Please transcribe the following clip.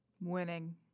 Winning